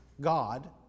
God